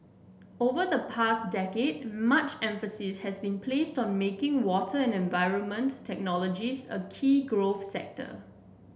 over the past decade much emphasis has been placed on making water and environment technologies a key growth sector